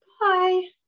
Bye